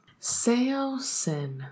Seosin